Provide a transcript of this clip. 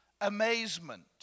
amazement